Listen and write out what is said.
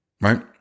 right